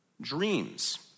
dreams